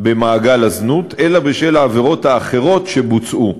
במעגל הזנות, אלא בשל העבירות האחרות שבוצעו.